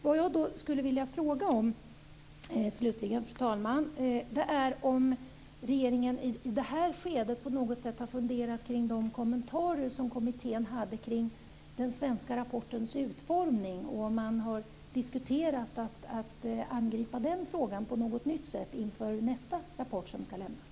Vad jag slutligen skulle vilja fråga om är om regeringen i det här skedet på något sätt funderat kring de kommentarer som kommittén hade om den svenska rapportens utformning. Har man diskuterat att angripa den frågan på något nytt sätt inför nästa rapport som skall lämnas?